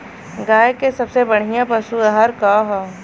गाय के सबसे बढ़िया पशु आहार का ह?